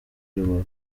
rubavu